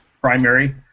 primary